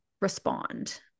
respond